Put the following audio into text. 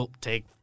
Take